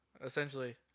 essentially